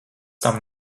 tam